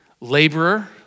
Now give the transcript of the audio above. laborer